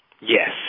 Yes